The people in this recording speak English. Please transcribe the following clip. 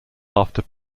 after